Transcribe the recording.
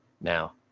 now